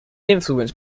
influenced